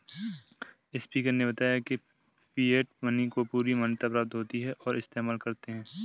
speaker ने बताया की फिएट मनी को पूरी मान्यता प्राप्त होती है और इस्तेमाल करते है